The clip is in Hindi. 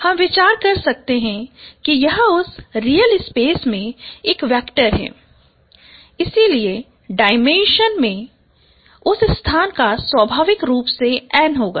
हम विचार कर सकते हैं कि यह उस रियल स्पेस में एक वेक्टर है इसलिए डायमेंशन उस स्थान का स्वाभाविक रूप से n होगा